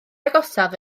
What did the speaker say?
agosaf